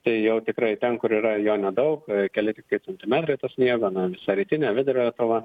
tai jau tikrai ten kur yra jo nedaug keli taiktai centimetrai to sniego na visa rytinė vidurio lietuva